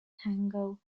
tango